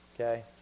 okay